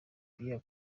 libya